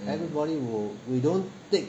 and everybody will we don't take